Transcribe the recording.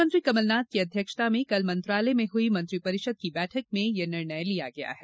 मुख्यमंत्री कमलनाथ की अध्यक्षता में कल मंत्रालय में हुई मंत्रि परिषद की बैठक में यह निर्णय लिया गया है